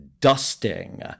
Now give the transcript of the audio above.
dusting